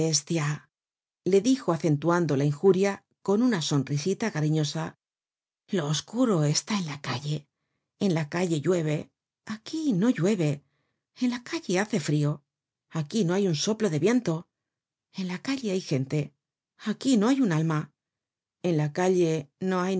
bestia le dijo acentuando la injuria con una sonrisa cariñosa lo oscuro está en la calle en la calle llueve aquí no llueve en la calle hace frio aquí no hay un soplo de viento en la calle hay gente aquí no hiy un alma en la calle no hay